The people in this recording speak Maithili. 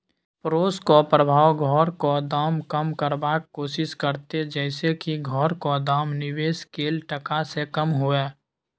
पडोसक प्रभाव घरक दाम कम करबाक कोशिश करते जइसे की घरक दाम निवेश कैल टका से कम हुए